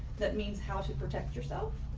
that means how to protect yourself,